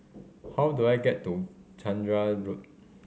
how do I get to Chander Road